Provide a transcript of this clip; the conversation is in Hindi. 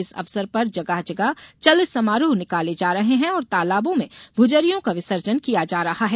इस अवसर पर जगह जगह चल समारोह निकाले जा रहे हैं और तालाबों में भुजरियों का विसर्जन किया जा रहा है